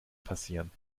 passieren